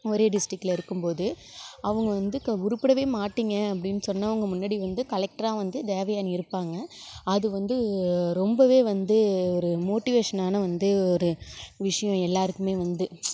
ஒரே டிஸ்டிக்கில இருக்கும்போது அவங்க வந்து க உருப்படவே மாட்டிங்க அப்படின் சொன்னவங்க முன்னாடி வந்து கலெக்ட்ராக வந்து தேவயானி இருப்பாங்க அது வந்து ரொம்பவே வந்து ஒரு மோட்டிவேஷனான வந்து ஒரு விஷயோ எல்லாருக்குமே வந்து